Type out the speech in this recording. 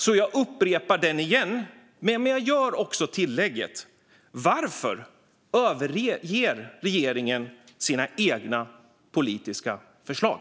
Därför upprepar jag den, men jag gör också tillägget: Varför överger regeringen sina egna politiska förslag?